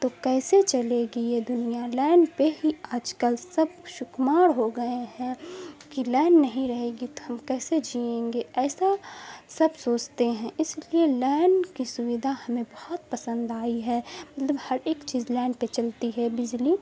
تو کیسے چلے گی یہ دنیا لائن پہ ہی آج کل سب شکماڑ ہو گئے ہیں کہ لائن نہیں رہے گی تو ہم کیسے جئیں گے ایسا سب سوچتے ہیں اس لیے لائن کی سویدھا ہمیں بہت پسند آئی ہے مطلب ہر ایک چیز لائن پہ چلتی ہے بجلی